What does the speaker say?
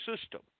system